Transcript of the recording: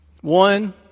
One